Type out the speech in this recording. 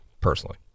personally